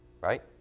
Right